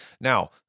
Now